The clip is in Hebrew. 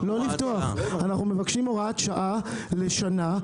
אנחנו מבקשים הוראת שעה לשנה,